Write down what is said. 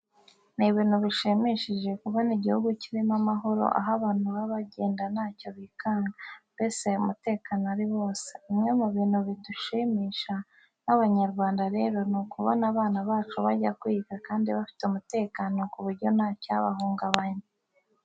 Ni ibintu bishimishije kubona igihugu kirimo amahoro aho abantu baba bagenda ntacyo bikanga, mbese umutekano ari wose. Bimwe mu bintu bidushimisha nk'Abanyarwanda rero ni ukubona abana bacu bajya kwiga kandi bafite umutekano ku buryo nta cyabahungabanya.